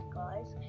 guys